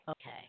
okay